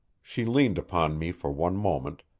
she leaned upon me for one moment,